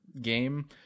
game